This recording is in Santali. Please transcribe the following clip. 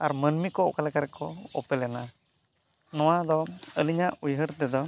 ᱟᱨ ᱢᱟᱹᱱᱢᱤ ᱠᱚ ᱚᱠᱟᱞᱮᱠᱟ ᱨᱮᱠᱚ ᱚᱯᱮᱞᱮᱱᱟ ᱱᱚᱣᱟ ᱫᱚ ᱟᱹᱞᱤᱧᱟᱜ ᱩᱭᱦᱟᱹᱨ ᱛᱮᱫᱚ